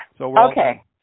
Okay